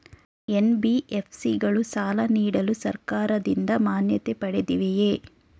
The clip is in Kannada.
ಎನ್.ಬಿ.ಎಫ್.ಸಿ ಗಳು ಸಾಲ ನೀಡಲು ಸರ್ಕಾರದಿಂದ ಮಾನ್ಯತೆ ಪಡೆದಿವೆಯೇ?